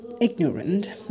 ignorant